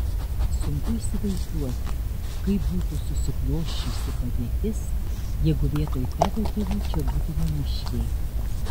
sunku įsivaizduoti kaip būtų susiklosčiusi padėtis jeigu vietoj tavo tėvų čia būtų maniškiai